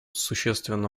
существенно